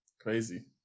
crazy